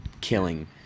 killing